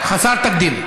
אין מתנגדים.